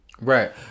Right